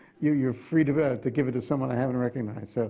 you're you're free to but to give it to someone i haven't recognized. so